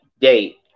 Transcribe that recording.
date